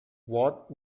what